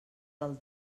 del